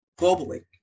globally